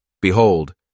Behold